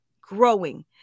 growing